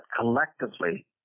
collectively